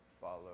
follow